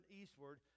eastward